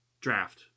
draft